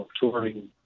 touring